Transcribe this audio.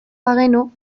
bagenu